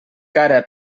cara